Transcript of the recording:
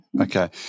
Okay